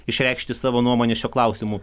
išreikšti savo nuomonę šiuo klausimu